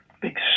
big